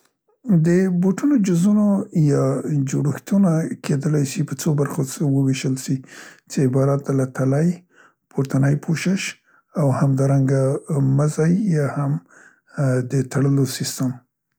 د بوټونو جزونو یا جوړښتونه کیدلای سي په څو برخو څ وویشل سي چې عبارت ده له تلی، پورتنی پوشش او همدارنګه مزی یا هم د تړلو سیستم.